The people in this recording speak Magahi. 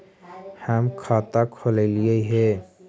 हम खाता खोलैलिये हे?